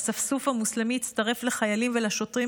האספסוף המוסלמי הצטרף לחיילים ולשוטרים